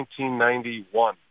1991